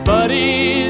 Buddies